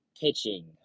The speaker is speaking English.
pitching